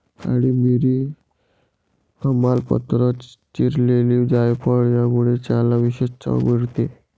काळी मिरी, तमालपत्र, चिरलेली जायफळ यामुळे चहाला विशेष चव मिळते